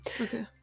Okay